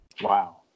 Wow